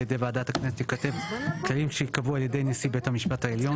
ידי ועדת הכנסת ייכתב כללים שייקבעו על ידי נשיא בית המשפט העליון.